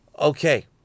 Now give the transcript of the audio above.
Okay